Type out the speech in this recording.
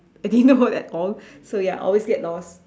if he know at all so ya always get lost